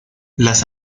las